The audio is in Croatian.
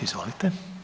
Izvolite.